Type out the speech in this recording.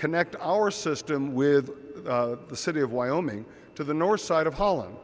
connect our system with the city of wyoming to the north side of holland